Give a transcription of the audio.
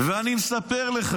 אני מספר לך